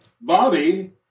Bobby